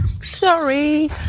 Sorry